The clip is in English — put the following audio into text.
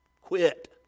Quit